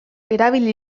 erabili